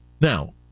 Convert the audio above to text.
Now